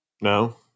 No